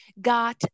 got